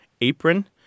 apron